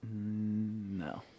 No